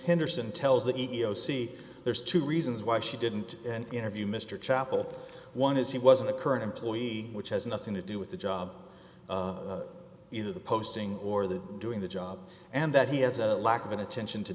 henderson tells the e e o c there's two reasons why she didn't interview mr chappell one is he wasn't a current employee which has nothing to do with the job of either the posting or the doing the job and that he has a lack of an attention to